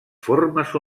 formes